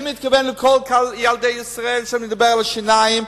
אני מתכוון לכל ילדי ישראל כשאני מדבר על טיפולי שיניים,